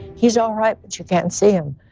he's all right, but you can't and see him.